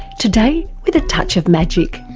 today with a touch of magic.